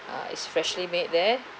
uh it's freshly made there